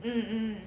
mm mm